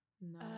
No